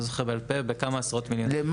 הגדלנו בכמה עשרות מיליונים את תקציב הסוכנות.